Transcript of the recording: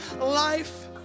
life